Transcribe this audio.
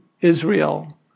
Israel